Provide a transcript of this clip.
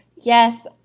Yes